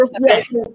Yes